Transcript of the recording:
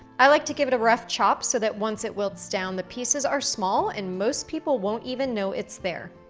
i like to give it a rough chop so that once it wilts down, the pieces are small and most people won't even know it's there.